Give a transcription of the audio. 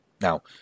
Now